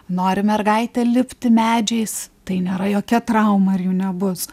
nori mergaitė lipti medžiais tai nėra jokia trauma ir jų nebus